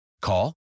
Call